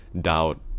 doubt